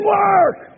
work